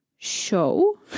show